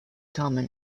common